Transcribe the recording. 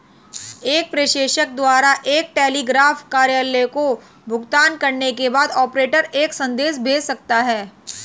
एक प्रेषक द्वारा एक टेलीग्राफ कार्यालय को भुगतान करने के बाद, ऑपरेटर एक संदेश भेज सकता है